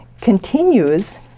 continues